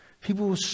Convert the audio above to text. People